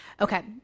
Okay